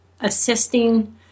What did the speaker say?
assisting